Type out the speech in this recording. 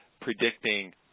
predicting